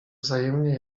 wzajemnie